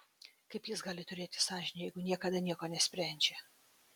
kaip jis gali turėti sąžinę jeigu niekada nieko nesprendžia